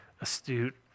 astute